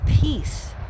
peace